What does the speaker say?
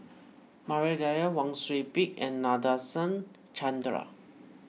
Maria Dyer Wang Sui Pick and Nadasen Chandra